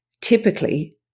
typically